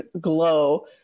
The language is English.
glow